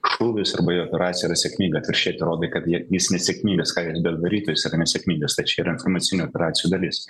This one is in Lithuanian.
šūvis arba jo operacija yra sėkminga atvirkščiai tu rodai kad je jis nesėkmingas ką jis bedarytų jis yra nesėkmingas tai čia yra informacinių operacijų dalis